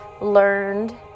learned